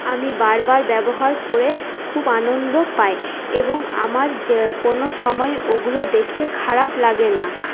আমি বার বার ব্যবহার করে খুব আনন্দ পাই এবং আমার যেকোনও সময় ওগুলো দেখে খারাপ লাগে না